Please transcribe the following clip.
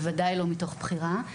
בוודאי לא מתוך בחירה.